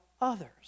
others